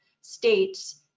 states